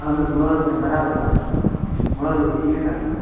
اَہَن حظ مٲل چھِ مےٚ برابَر آسان مٲل حظ ٹھیٖک آسان